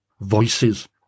Voices